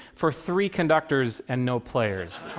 for three conductors and no players.